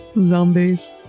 Zombies